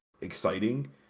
exciting